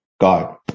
God